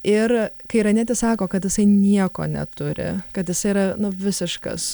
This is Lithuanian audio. ir kai iranietis sako kad jisai nieko neturi kad jisai yra nu visiškas